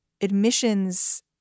admissions